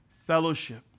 Fellowship